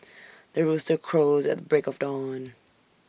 the rooster crows at the break of dawn